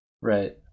Right